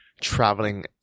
traveling